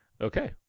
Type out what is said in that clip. Okay